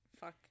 fuck